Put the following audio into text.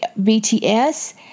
BTS